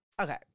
okay